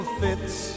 fits